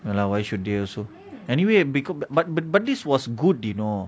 ya lah why should they also anyway but but but this was good you know